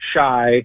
shy